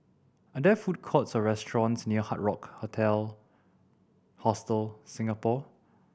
are there food courts or restaurants near Hard Rock Hostel Singapore